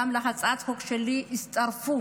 להצעת החוק שלי הצטרפו